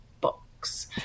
books